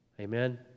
Amen